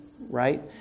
right